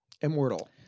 Immortal